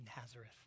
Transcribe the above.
Nazareth